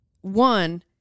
one